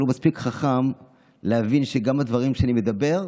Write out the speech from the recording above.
אבל הוא מספיק חכם להבין שהדברים שאני מדבר,